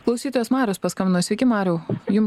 klausytojas marius paskambino sveiki mariau jum